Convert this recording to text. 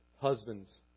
husbands